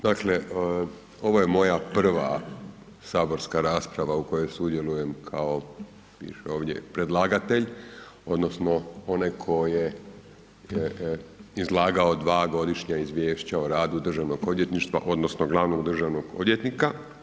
Dakle, ovo je moja prva saborska rasprava u kojoj sudjelujem kao piše ovdje, predlagatelj odnosno onaj ko je izlagao dva godišnja izvješća o radu Državnog odvjetništva odnosno glavnog državnog odvjetnika.